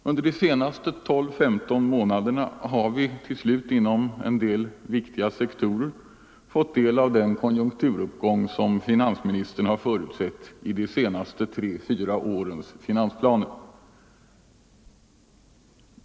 Under de senaste 12-15 månaderna har vi till slut inom en del viktiga sektorer fått del av den konjunkturuppgång som finansministern förutsett i de senaste tre fyra årens finansplaner.